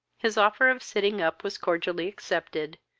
his offer of sitting up was cordially accepted,